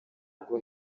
rwo